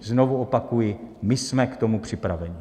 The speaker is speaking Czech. Znovu opakuji, my jsme k tomu připraveni.